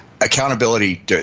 accountability